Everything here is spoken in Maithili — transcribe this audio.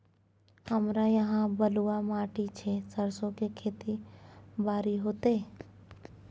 हमरा यहाँ बलूआ माटी छै सरसो के खेती बारी होते?